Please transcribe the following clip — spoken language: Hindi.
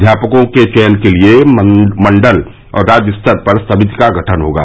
अध्यापकों के चयन के लिये मंडल और राज्य स्तर पर समिति का गठन होगा